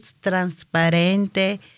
transparente